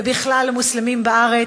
ובכלל למוסלמים בארץ,